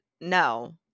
no